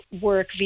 work